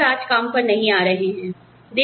कोई भी डॉक्टर आज काम पर नहीं आ रहे हैं